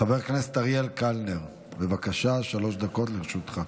חבר הכנסת אריאל קלנר, בבקשה, שלוש דקות לרשותך.